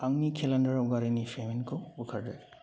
आंनि केलेन्डाराव गारिनि पेमेन्ट खौ बोखारदो